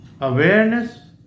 awareness